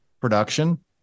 production